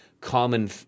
common